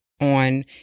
on